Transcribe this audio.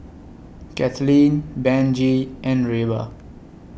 Kathlene Benji and Reba